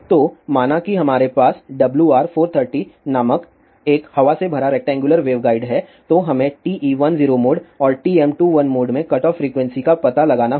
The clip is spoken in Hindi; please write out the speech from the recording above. तो माना कि हमारे पास WR430 नामक एक हवा से भरा रेक्टेंगुलर वेवगाइड है तो हमें TE10 मोड और TM21 मोड में कटऑफ फ्रीक्वेंसी का पता लगाना होगा